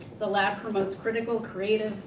the lab promotes critical, creative,